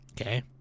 Okay